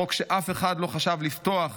חוק שאף אחד לא חשב לפתוח,